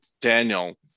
Daniel